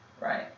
right